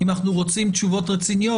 אם אנחנו רוצים תשובות רציניות,